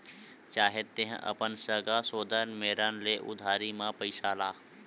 चाहे तेंहा अपन सगा सोदर मेरन ले उधारी म पइसा ला